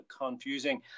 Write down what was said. confusing